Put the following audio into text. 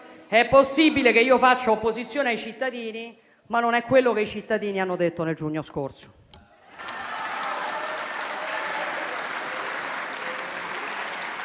È possibile che io faccia opposizione ai cittadini, ma non è quello che i cittadini hanno detto nel giugno scorso.